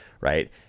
right